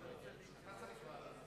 חברי חברי הכנסת,